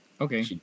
okay